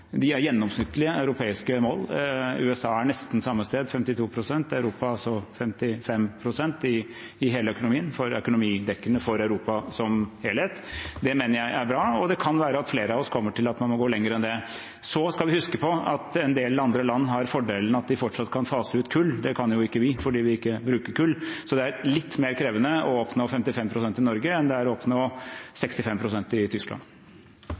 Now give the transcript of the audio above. i hele økonomien, økonomidekkende for Europa som helhet. Det mener jeg er bra, og det kan være at flere av oss kommer til at man må gå lenger enn det. Så skal vi huske på at en del andre land har den fordelen at de fortsatt kan fase ut kull. Det kan ikke vi, for vi bruker ikke kull, så det er litt mer krevende å oppnå 55 pst. i Norge enn det er å oppnå 65 pst. i Tyskland.